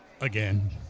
again